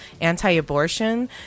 anti-abortion